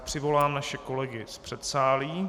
Přivolám naše kolegy z předsálí.